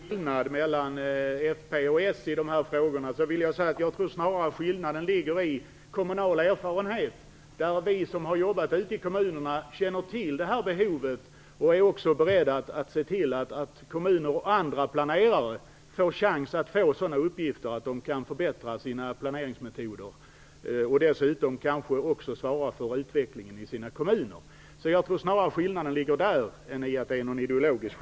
Fru talman! När det gäller den ideologiska skillnaden mellan Folkpartiet och Socialdemokraterna i de här frågorna, tror jag snarare att skillnaden ligger i kommunal erfarenhet. Vi som har jobbat ute i kommunerna känner till det här behovet och är också beredda att se till att kommuner och andra planerare har en chans att få sådana uppgifter att de kan förbättra sina planeringsmetoder, och dessutom kanske också kan svara för utvecklingen i sina kommuner. Jag tror alltså snarare att skillnaden ligger där än att den är ideologisk.